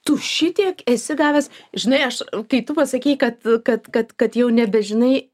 tu šitiek esi gavęs žinai aš kai tu pasakei kad kad kad kad jau nebežinai